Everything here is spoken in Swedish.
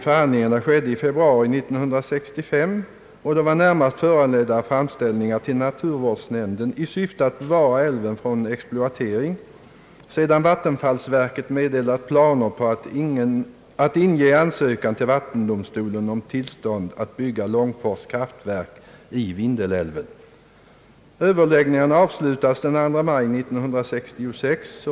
Förhandlingarna skedde i februari 1965 och var närmast föranledda av framställningar till naturvårdsnämnden i syfte att bevara älven från exploatering, sedan vattenfallsverket meddelat planer på att inge ansökan till vattendomstolen om tillstånd att bygga Långfors kraftverk i Vindelälven. Överläggningarna avslutades den 2 maj 1966.